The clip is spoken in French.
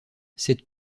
cette